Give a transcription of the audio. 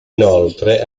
inoltre